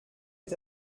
est